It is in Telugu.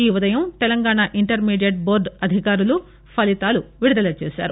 ఈ ఉదయం తెలంగాణ ఇంటర్మీడియేట్ బోర్డు అధికారులు ఫగితాలు విడుదల చేశారు